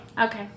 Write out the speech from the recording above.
Okay